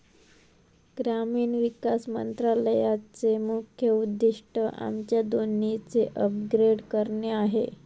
ग्रामीण विकास मंत्रालयाचे मुख्य उद्दिष्ट आमच्या दोन्हीचे अपग्रेड करणे आहे